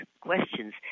questions